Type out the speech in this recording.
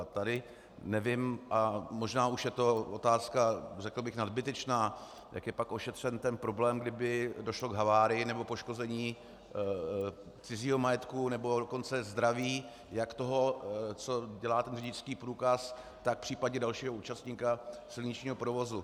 Tady nevím, a možná už je to otázka, řekl bych, nadbytečná, jak je pak ošetřen ten problém, kdyby došlo k havárii nebo poškození cizího majetku, nebo dokonce zdraví jak toho, co dělá řidičský průkaz, tak případně dalšího účastníka silničního provozu.